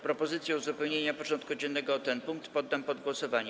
Propozycję uzupełnienia porządku dziennego o ten punkt poddam pod głosowanie.